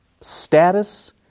status